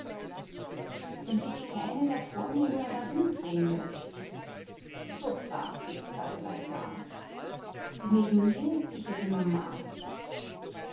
wenn sich die kleine da vor mir nur einmal umdreh'n möcht so brav sitzt s alleweil da das neben ihr ist sicher die mama